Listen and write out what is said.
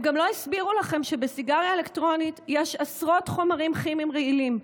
הם גם לא הסבירו לכם שבסיגריה אלקטרונית יש עשרות חומרים כימיים רעילים,